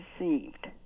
received